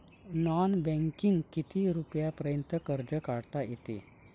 Non बँकिंगनं किती रुपयापर्यंत कर्ज काढता येते?